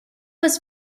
was